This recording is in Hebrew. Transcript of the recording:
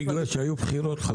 בגלל שהיו בחירות.